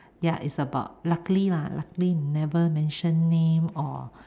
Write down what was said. ya it's about luckily lah luckily never mention name or